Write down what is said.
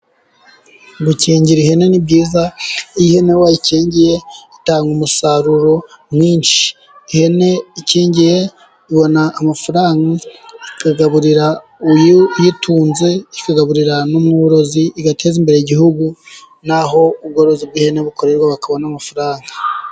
Gukingira ihene ni byiza. Iyo ihene bayikingiye itanga umusaruro mwinshi. Ihene ikingiye ibona amafaranga ikagaburira uyitunze, ikagaburira n'umworozi, igateza imbere igihugu n'aho ubworozi bw'ihene bukorerwa bakabona amafaranga.